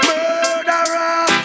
Murderer